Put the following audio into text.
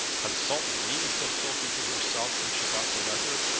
consult me! said sophie to herself, when she got the letter.